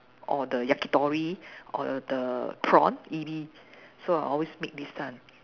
or the yakitori or the the prawn ebi so I will always make this kind